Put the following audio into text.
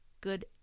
good